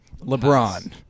LeBron